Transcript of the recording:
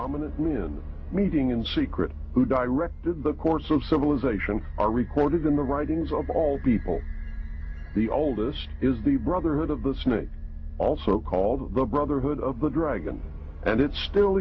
ominously and meeting in secret who directed the course of civilization are recorded in the writings of all people the oldest is the brotherhood of the snake also called the brotherhood of the dragon and it still